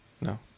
no